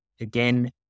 again